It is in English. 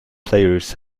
players